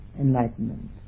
enlightenment